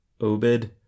Obed